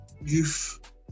youth